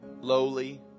lowly